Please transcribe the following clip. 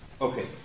Okay